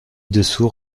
dessous